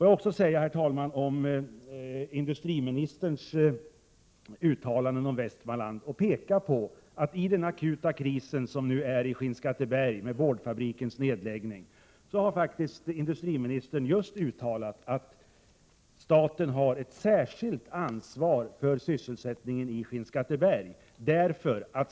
Jag vill vidare kommentera industriministerns uttalanden om Västmanland. I den akuta kris som nu är i Skinnskatteberg med anledning av boardfabrikens nedläggning har faktiskt industriministern uttalat att staten har ett särskilt ansvar för sysselsättningen i Skinnskatteberg.